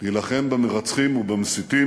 להילחם במרצחים ובמסיתים,